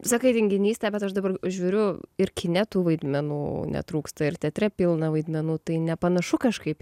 sakai tinginystė bet aš dabar žiūriu ir kine tų vaidmenų netrūksta ir teatre pilna vaidmenų tai nepanašu kažkaip